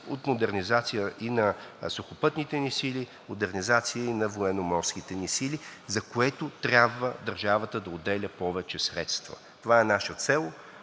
от модернизация и на сухопътните ни сили, модернизация и на военноморските ни сили, за което трябва държавата да отделя повече средства. Това е наша цел,